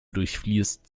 durchfließt